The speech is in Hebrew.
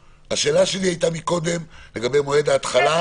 השאלה שלי הייתה מקודם לגבי מועד ההתחלה.